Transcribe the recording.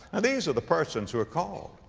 and these are the persons who are called.